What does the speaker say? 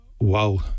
Wow